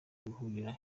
guhurira